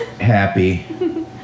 happy